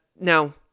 no